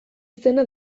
izena